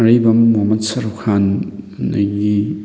ꯑꯔꯤꯕꯝ ꯃꯨꯍꯝꯃꯗ ꯁꯔꯨꯈꯥꯟ ꯑꯗꯒꯤ